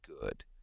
good